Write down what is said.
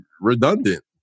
redundant